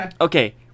okay